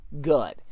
good